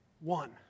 One